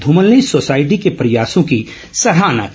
धूमल ने सोसायटी के प्रयासों की सराहना की